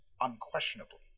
unquestionably